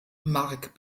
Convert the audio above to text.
marek